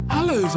Hello